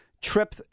trip